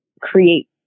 create